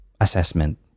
assessment